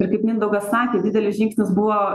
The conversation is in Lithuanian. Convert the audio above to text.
ir kaip mindaugas sakė didelis žingsnis buvo